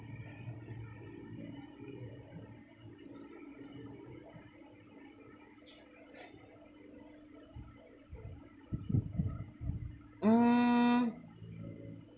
mm